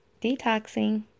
detoxing